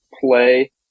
play